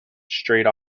straight